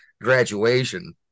graduation